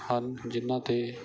ਹਨ ਜਿਨ੍ਹਾਂ 'ਤੇ